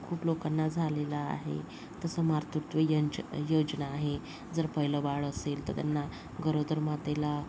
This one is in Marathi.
खूप लोकांना झालेला आहे तसं मातृत्व यांच्या योजना आहे जर पहिलं बाळ असेल तर त्यांना गरोदर मातेला